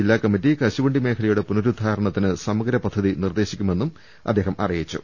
ജില്ലാ കമ്മിറ്റി കശുവണ്ടി മേഖലയുടെ പുനരുദ്ധാരണത്തിന് സമഗ്ര പദ്ധതി നിർദ്ദേശിക്കുമെന്നും അദ്ദേഹം അറിയിച്ചു